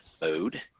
mode